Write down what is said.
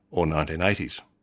or nineteen eighty s.